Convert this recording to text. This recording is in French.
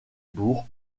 bourg